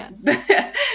Yes